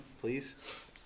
please